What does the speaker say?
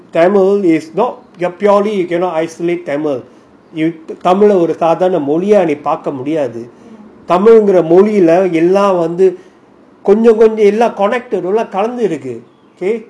oh that's why I tell you tamil is not your purely cannot isolate tamil தமிழாநீஒருசாதாரணமொழியாநீபார்க்கமுடியாதுதமிழ்ங்கிறமொழிலஎல்லாமொழியும்வந்துகொஞ்சம்கொஞ்சம்கலந்திருக்கு:tamila nee oru sadharana moliya nee parka mudiathu tamilngra molila ella moliyum vandhu konjam konjam kalanthiruku okay